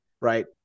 right